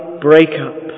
breakup